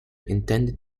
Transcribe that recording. intended